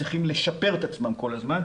צריכים לשפר את עצמם כל הזמן,